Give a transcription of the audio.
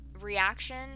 reaction